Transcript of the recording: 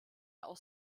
aus